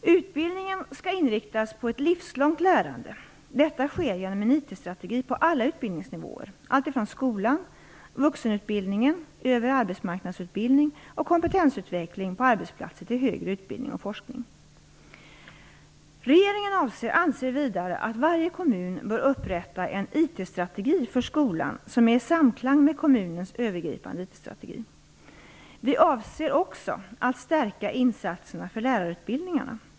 Utbildningen skall inriktas på ett livslångt lärande. Detta sker genom en IT-strategi på alla utbildningsnivåer: alltifrån skolan och vuxenutbildningen, över arbetsmarknadsutbildning och kompetensutveckling på arbetsplatser, till högre utbildning och forskning. Regeringen anser vidare att varje kommun bör upprätta en IT-strategi för skolan som är i samklang med kommunens övergripande IT-strategi. Vi avser också att stärka insatserna för lärarutbildningarna.